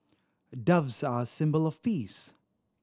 doves are a symbol of peace